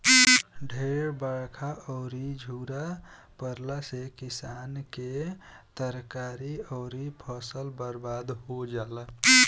ढेर बरखा अउरी झुरा पड़ला से किसान के तरकारी अउरी फसल बर्बाद हो जाला